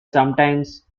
sometimes